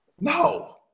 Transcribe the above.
No